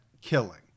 killing